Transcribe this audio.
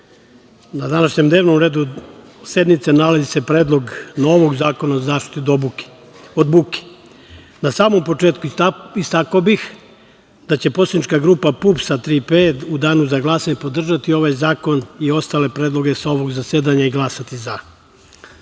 na današnjem dnevnom redu sednice nalazi se predlog novog Zakona o zaštiti od buke. Na samom početku istakao bih da će Poslanička grupa PUPS – „Tri P“ u danu za glasanje podržati ovaj zakon i ostale predloge sa ovog zasedanja i glasati za.